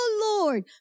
Lord